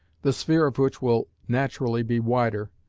the sphere of which will naturally be wider,